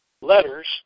letters